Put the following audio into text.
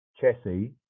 chassis